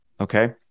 Okay